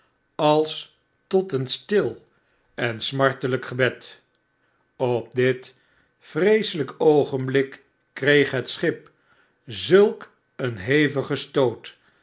als tot een stil en smartelijk gebed p dit vreeselgk oogenblik kreeg het schip zulk een hevigen stoot